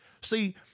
See